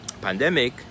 pandemic